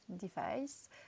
device